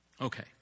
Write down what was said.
Okay